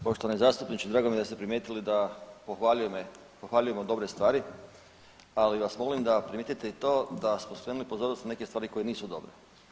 Poštovani zastupniče, drago mi je da ste primijetili da pohvaljujemo dobre stvari, ali vas molim da primijetite i to da smo spremni pozornosti neke stvari koje nisu dobre.